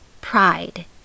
pride